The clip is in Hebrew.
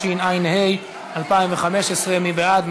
התשע"ה 2015. מי בעד?